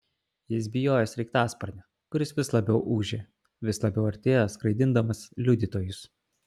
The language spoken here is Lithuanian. jis bijojo sraigtasparnio kuris vis labiau ūžė vis labiau artėjo skraidindamas liudytojus